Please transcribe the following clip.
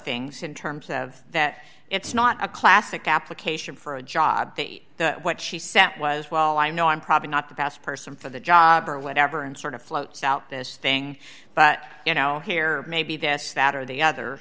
things in terms of that it's not a classic application for a job what she said was well i know i'm probably not the best person for the job or whatever and sort of floats out this thing but you know here maybe this that or the other